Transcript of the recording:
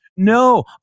No